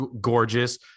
gorgeous